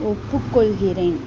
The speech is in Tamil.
ஒப்புக்கொள்கிறேன்